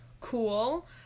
Cool